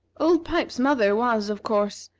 old pipes's mother was, of course,